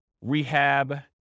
rehab